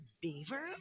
beaver